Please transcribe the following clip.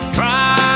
try